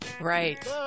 Right